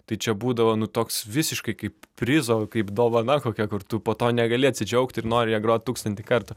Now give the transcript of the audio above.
tai čia būdavo nu toks visiškai kaip prizo kaip dovana kokia kur tu po to negali atsidžiaugt ir nori ją grot tūkstantį kartų